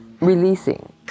releasing